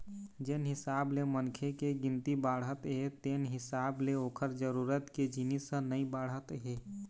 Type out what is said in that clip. जेन हिसाब ले मनखे के गिनती बाढ़त हे तेन हिसाब ले ओखर जरूरत के जिनिस ह नइ बाढ़त हे